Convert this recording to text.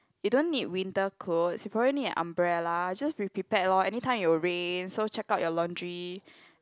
you don't need winter coat you probably need a umbrella just be prepared lor anytime it will rain so check out your laundry